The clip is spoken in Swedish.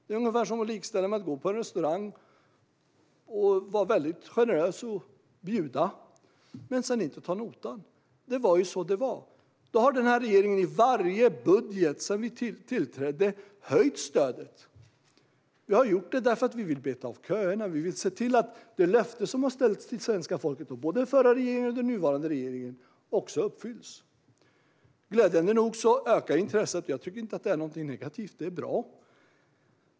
Det kan likställas med att gå på restaurang, vara generös och bjuda, men sedan inte ta notan. Det var så det var. Den här regeringen har i varje budget sedan vi tillträdde höjt stödet. Vi har velat beta av köerna och se till att det löfte som har utställts till svenska folket, under förra regeringen och under den nuvarande regeringen, också uppfylls. Glädjande nog ökar intresset. Jag tycker inte att det är något negativt, utan det är bra.